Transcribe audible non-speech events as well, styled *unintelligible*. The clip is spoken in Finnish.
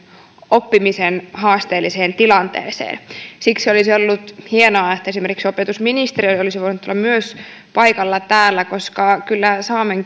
oppimisensa haasteelliseen tilanteeseen siksi olisi ollut hienoa että esimerkiksi opetusministeri olisi voinut olla myös paikalla täällä koska kyllä saamen *unintelligible*